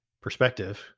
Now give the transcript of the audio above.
perspective